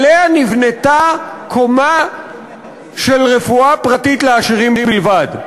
עליה נבנתה קומה של רפואה פרטית לעשירים בלבד.